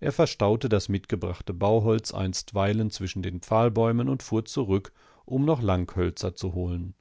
er verstaute das mitgebrachte bauholz einstweilen zwischen den pfahlbäumen und fuhr zurück um noch langhölzer zu holen